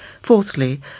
Fourthly